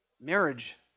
Marriage